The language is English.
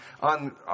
on